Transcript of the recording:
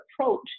approach